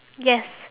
yes